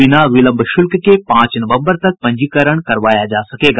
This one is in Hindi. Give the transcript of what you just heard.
बिना विलंब शुल्क के पांच नवम्बर तक पंजीकरण करवाया जा सकेगा